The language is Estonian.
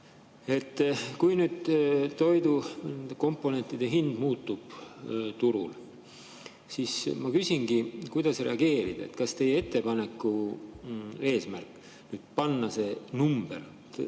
kui nüüd toidukomponentide hind muutub turul, siis kuidas reageerida. Kas teie ettepaneku eesmärk panna see number,